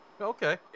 okay